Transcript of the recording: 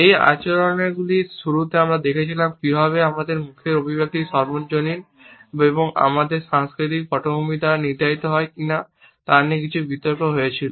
এই আলোচনার শুরুতে আমরা দেখেছিলাম যে কীভাবে আমাদের মুখের অভিব্যক্তি সর্বজনীন বা আমাদের সাংস্কৃতিক পটভূমি দ্বারা নির্ধারিত হয় কিনা তা নিয়ে কিছু বিতর্ক হয়েছিল